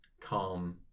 calm